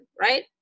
Right